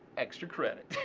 extra credit.